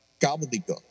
gobbledygook